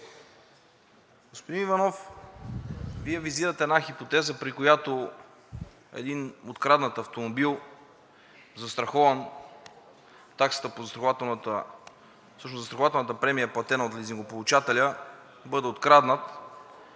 Господин Иванов, Вие визирате една хипотеза, при която един откраднат автомобил, застрахован, застрахователната премия е платена от лизингополучателя, бъде откраднат